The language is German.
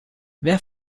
wer